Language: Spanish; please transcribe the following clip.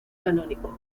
canónico